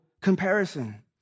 comparison